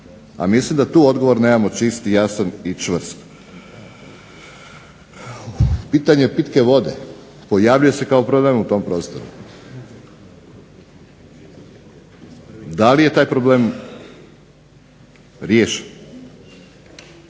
a mislim da tu odgovor nemamo čist i jasan i čvrst. Pitanje pitke vode pojavljuje se kao problem u tom prostoru, da li je taj problem riješen